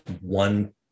one